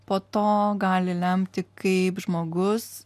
po to gali lemti kaip žmogus